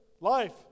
life